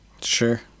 Sure